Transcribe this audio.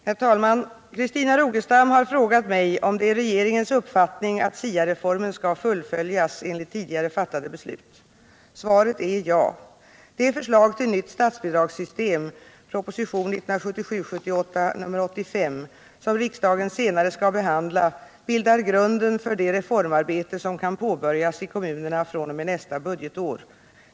Herr talman! Christina Rogestam har frågat mig om det är regeringens uppfattning att SIA-reformen skall fullföljas enligt tidigare fattade beslut. Svaret är ja. Det förslag till nytt statsbidragssystem som riksdagen senare skall behandla bildar grunden för det reformarbete som kan påbörjas i kommunerna fr.o.m. nästa budgetår.